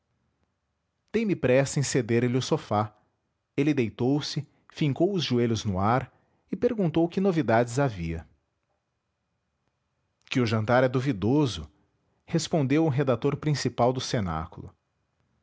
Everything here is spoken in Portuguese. finalmente dei-me pressa em ceder lhe o sofá ele deitou-se fincou os joelhos no ar e perguntou que novidades havia que o jantar é duvidoso respondeu o redator principal do cenáculo